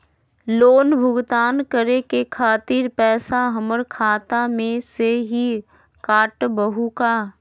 Loan भुगतान करे के खातिर पैसा हमर खाता में से ही काटबहु का?